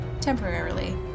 temporarily